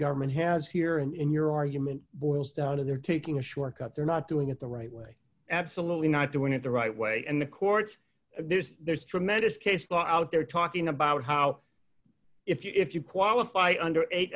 government has here and in your argument boils down to they're taking a shortcut they're not doing it the right way absolutely not doing it the right way and the courts there's tremendous case law out there talking about how if you qualify under